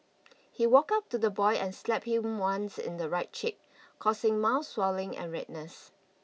he walked up to the boy and slapped him once in the right cheek causing mild swelling and redness